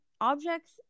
objects